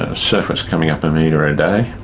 ah surf was coming up a metre a day,